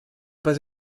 pas